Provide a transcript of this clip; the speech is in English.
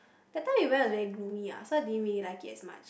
that time we went it was very gloomy ah so I didn't really like it as much